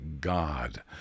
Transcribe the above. God